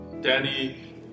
Danny